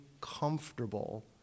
comfortable